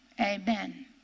Amen